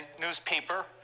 newspaper